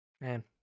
man